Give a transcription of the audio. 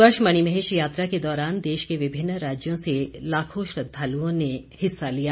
इस वर्ष मणिमहेश यात्रा के दौरान देश के विभिन्न राज्यों से लाखों श्रद्धालुओं ने हिस्सा लिया